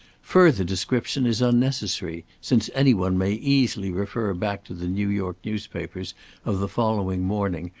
further description is unnecessary, since anyone may easily refer back to the new york newspapers of the following morning,